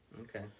okay